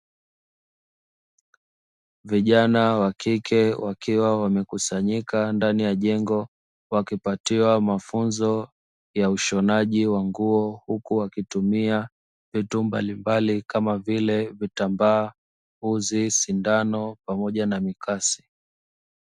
Vijana wa kike, wakiwa wamekusanyika ndani ya jengo. Wakipatiwa mafunzo ya ushonaji wa nguo, huku wakitumia vitu mbalimbali kama vile: vitambaa, uzi, sindano pamoja na mikasi.